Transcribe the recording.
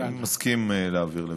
ועדה, אני מסכים להעביר לוועדה.